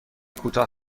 کوتاه